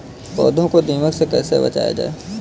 पौधों को दीमक से कैसे बचाया जाय?